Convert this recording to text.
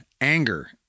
anger